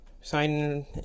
sign